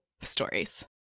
stories